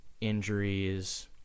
injuries